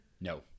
no